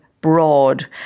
broad